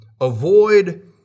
avoid